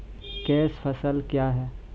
Cash फसल क्या हैं?